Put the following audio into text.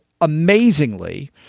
amazingly